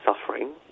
suffering